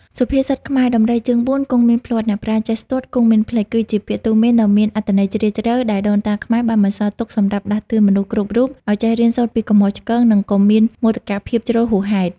សុភាសិតខ្មែរ ដំរីជើងបួនគង់មានភ្លាត់ អ្នកប្រាជ្ញចេះស្ទាត់គង់មានភ្លេច គឺជាពាក្យទូន្មានដ៏មានអត្ថន័យជ្រាលជ្រៅ ដែលដូនតាខ្មែរបានបន្សល់ទុកសម្រាប់ដាស់តឿនមនុស្សគ្រប់រូបឱ្យចេះរៀនសូត្រពីកំហុសឆ្គង និងកុំមានមោទកភាពជ្រុលហួសហេតុ។